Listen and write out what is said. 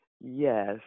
Yes